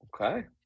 okay